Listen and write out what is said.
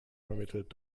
vermittelt